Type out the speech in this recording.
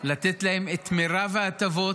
לתת להם את מרב ההטבות,